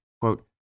quote